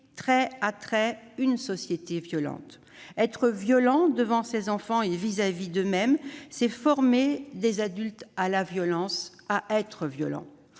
trait à trait une société violente. Être violent devant ses enfants et vis-à-vis d'eux-mêmes, c'est former des adultes à la violence, à être violents.